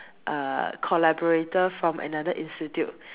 uh collaborator from another institute